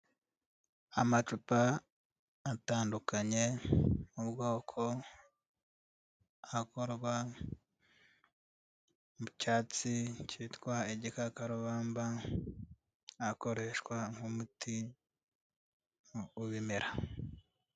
Amacupa atandukanye n'ubwoko, akorwa mu cyatsi kitwa igikakarubamba, akoreshwa nk'umuti w'ibimera.